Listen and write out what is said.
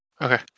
Okay